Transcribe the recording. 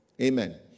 Amen